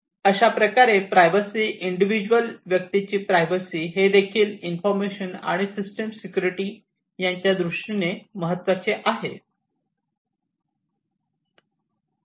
अशाप्रकारे machine privacy individual व्यक्तीची privacy हेदेखील इन्फॉर्मेशन आणि सिस्टम सिक्युरिटी यांच्या दृष्टीने महत्त्वाचे आहे